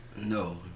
No